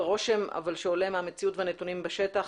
הרושם אבל שעולה מהמציאות ומהנתונים בשטח